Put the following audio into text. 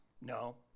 No